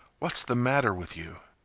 what s the matter with you?